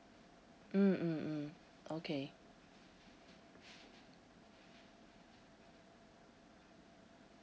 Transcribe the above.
mm mm mm okay